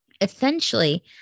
Essentially